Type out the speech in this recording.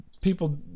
people